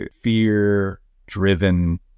fear-driven